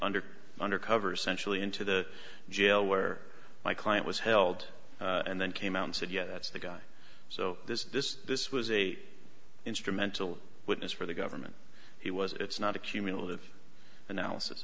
under under cover sensually into the jail where my client was held and then came out and said yes that's the guy so this this this was a instrumental witness for the government he was it's not a cumulative